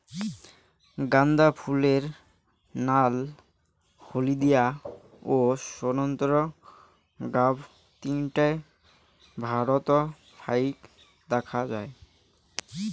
গ্যান্দা ফুলের নাল, হলদিয়া ও সোন্তোরা গাব তিনটায় ভারতত ফাইক দ্যাখ্যা যায়